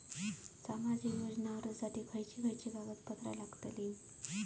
सामाजिक योजना अर्जासाठी खयचे खयचे कागदपत्रा लागतली?